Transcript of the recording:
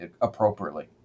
appropriately